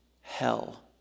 hell